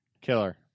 Killer